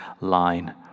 line